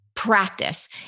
practice